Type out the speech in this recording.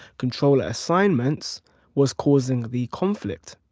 controller assignments was causing the conflict.